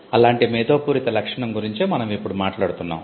అలాంటి మేధోపూరిత లక్షణం గురించే మనం ఇప్పుడు మాట్లాడుతున్నాం